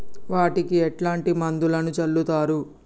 వాటికి ఎట్లాంటి మందులను చల్లుతరు?